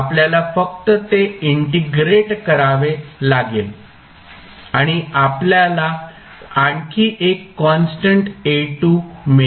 आपल्याला फक्त ते इंटिग्रेट करावे लागेल आणि आपल्याला आणखी एक कॉन्स्टंट A2 मिळेल